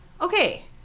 okay